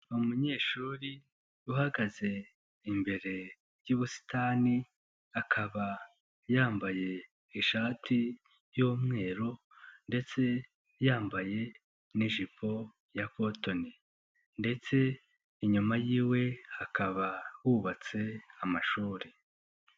Umunyeshuri uhagaze imbere y'ubusitani akaba yambaye ishati y'umweru ndetse yambaye n'ijipo ya kontoni ndetse inyuma yiwe hakaba hubatse amashuri.